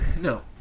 No